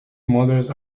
models